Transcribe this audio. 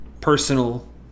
personal